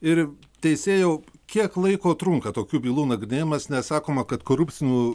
ir teisėjau kiek laiko trunka tokių bylų nagrinėjimas nes sakoma kad korupcinių